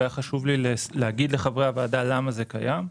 והיה חשוב לי להגיד לחברי הוועדה למה זה קיים.